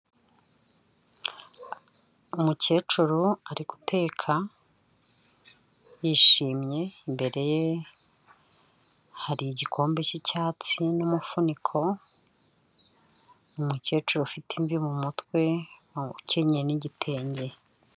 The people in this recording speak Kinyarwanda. Umukecuru ari guteka yishimye imbere ye hari igikombe cy'icyatsi n'umufuniko, umukecuru ufite imvi mu mutwe ukenyeye n'igitenge.